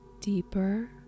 deeper